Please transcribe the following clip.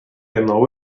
know